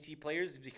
players